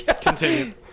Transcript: Continue